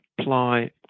apply